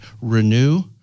renew